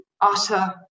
utter